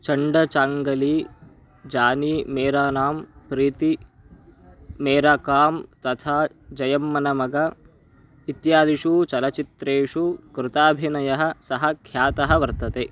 चण्डचाङ्गली जानी मेरा नां प्रीति मेरा कां तथा जयम्मनमग इत्यादिषू चलचित्रेषु कृताभिनयः सः ख्यातः वर्तते